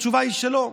התשובה היא לא.